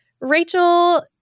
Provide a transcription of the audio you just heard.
Rachel